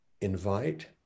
invite